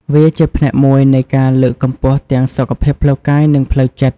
វាជាផ្នែកមួយនៃការលើកកម្ពស់ទាំងសុខភាពផ្លូវកាយនិងផ្លូវចិត្ត។